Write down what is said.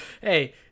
Hey